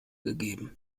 gegeben